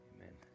Amen